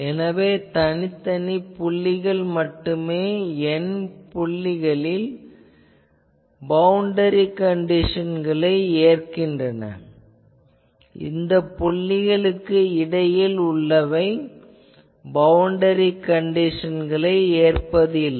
எனவே தனித்தனி புள்ளிகள் மட்டுமே n புள்ளிகளில் பவுண்டரி கண்டிஷன்களை ஏற்கின்றன இந்த புள்ளிகளுக்கு இடையிலுள்ளவை பவுண்டரி கண்டிஷன்களை ஏற்பதில்லை